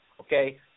okay